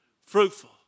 Fruitful